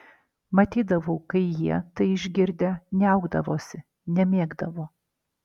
matydavau kai jie tai išgirdę niaukdavosi nemėgdavo